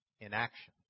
inaction